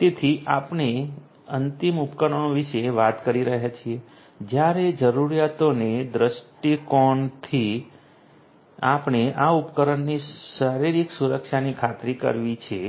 તેથી જ્યારે આપણે અંતિમ ઉપકરણો વિશે વાત કરી રહ્યા છીએ ત્યારે જરૂરિયાતોની દ્રષ્ટિએ આપણે આ ઉપકરણોની શારીરિક સુરક્ષાની ખાતરી કરવી છે